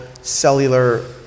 cellular